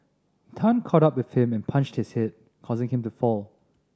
Tan caught up with him and punched his head causing him to fall